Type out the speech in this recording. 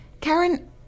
Karen